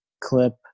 clip